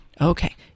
Okay